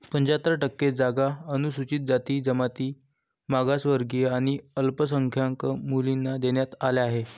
पंच्याहत्तर टक्के जागा अनुसूचित जाती, जमाती, मागासवर्गीय आणि अल्पसंख्याक मुलींना देण्यात आल्या आहेत